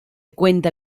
cuenta